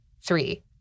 Three